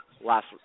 last